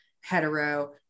hetero